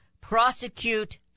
prosecute